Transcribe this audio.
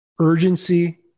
urgency